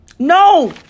No